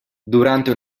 durante